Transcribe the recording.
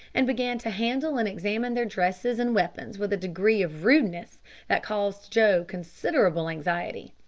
and began to handle and examine their dresses and weapons with a degree of rudeness that caused joe considerable anxiety.